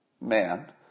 man